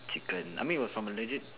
chicken I mean were from the legit